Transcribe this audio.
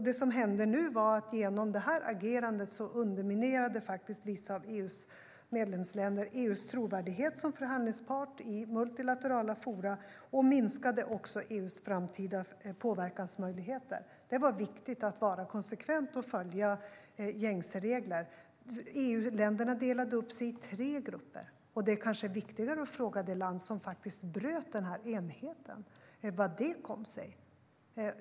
Genom vårt agerande underminerade vissa av EU:s medlemsländer EU:s trovärdighet som förhandlingspart i multilaterala forum och minskade också EU:s framtida påverkansmöjligheter. Det var viktigt att vara konsekvent och följa gängse regler. EU-länderna delade upp sig i tre grupper. Och det är kanske viktigare att fråga det land som faktiskt bröt enigheten hur det kom sig.